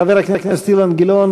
חבר הכנסת אילן גילאון,